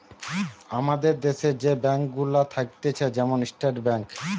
আমাদের দ্যাশে যে ব্যাঙ্ক গুলা থাকতিছে যেমন স্টেট ব্যাঙ্ক